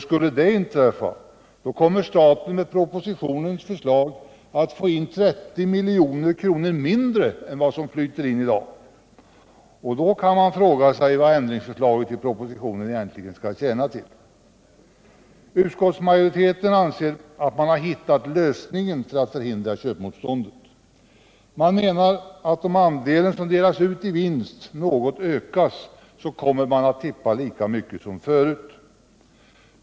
Skulle detta inträffa, kommer staten med propositionens förslag att få in 30 milj.kr. mindre än vad som flyter in i dag. Då kan man fråga sig vad ändringsförslaget i propositionen skall tjäna till. Utskottsmajoriteten anser att man hittat lösningen för att förhindra köpmotståndet. Man menar att om andelen som delas ut i vinst ökas något kommer folk att tippa lika mycket som förut.